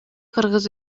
кыргыз